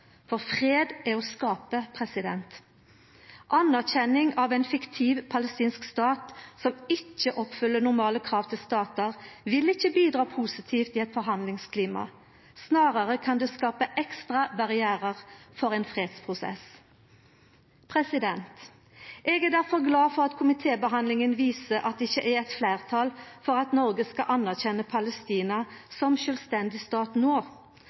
For fred er å skapa. Anerkjenning av ein fiktiv palestinsk stat som ikkje oppfyller normale krav til statar, vil ikkje bidra positivt til eit forhandlingsklima. Snarare kan det skapa ekstra barrierar for ein fredsprosess. Eg er difor glad for at komitébehandlinga viser at det ikkje er eit fleirtal for at Noreg skal anerkjenna Palestina som sjølvstendig stat